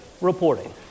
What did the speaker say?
reporting